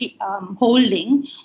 holding